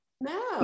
No